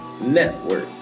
Network